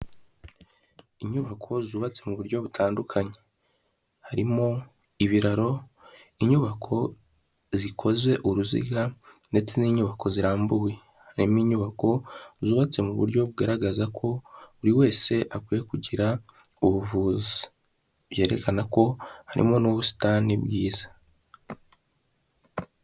Inyubako zubatse mu buryo butandukanye, harimo ibiraro, inyubako zikoze uruziga, ndetse n'inyubako zirambuwe harimo inyubako zubatse mu buryo bugaragaza ko buri wese akwiye kugira ubuvuzi byerekana ko harimo n'ubusitani bwiza.